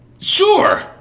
Sure